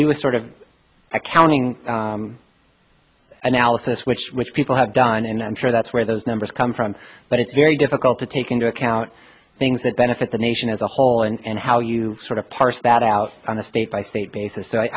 a sort of accounting analysis which which people have done and i'm sure that's where those numbers come from but it's very difficult to take into account things that benefit the nation as a whole and how you sort of parse that out on a state by state basis so i